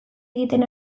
egiten